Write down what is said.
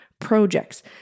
projects